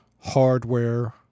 hardware